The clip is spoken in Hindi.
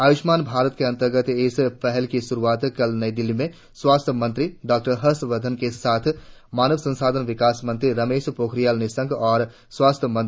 आयुष्मान भारत के अंतर्गत इस पहल की शुरुआत कल नई दिल्ली में स्वास्थ्य मंत्री डॉक्टर हर्षवर्धन के साथ मानव संसाधन विकास मंत्री रमेश पोखरियाल निशंक और स्वास्थ्य मंत्री अश्विनी कुमार चौबे ने की